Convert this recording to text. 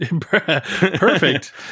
perfect